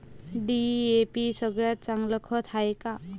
DAP सगळ्यात चांगलं खत हाये का?